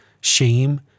shame